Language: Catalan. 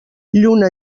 lluna